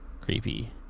creepy